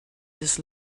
this